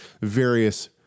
various